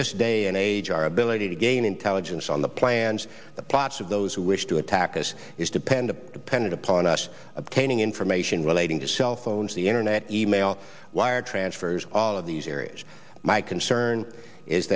this day and age our ability to gain intelligence on the plans the plots of those who wish to attack us is dependent pending upon us obtaining information relating to cell phones the internet e mail wire transfers all of these areas my concern is